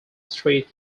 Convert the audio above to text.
street